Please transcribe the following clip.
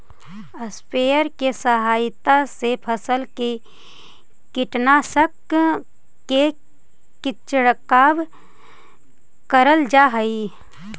sprayer के सहायता से फसल में कीटनाशक के छिड़काव करल जा हई